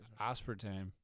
aspartame